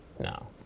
no